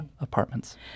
apartments